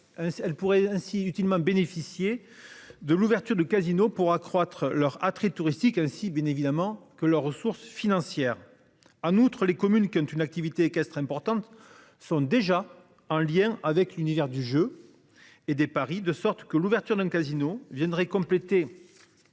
Elle pourrait ainsi utilement bénéficier de l'ouverture de casino pour accroître leur attrait touristique ainsi bien évidemment que leurs ressources financières. En outre, les communes qui ont une activité équestre importantes sont déjà en lien avec l'univers du jeu. Et des paris, de sorte que l'ouverture d'un casino viendrait compléter.